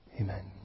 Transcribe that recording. Amen